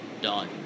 done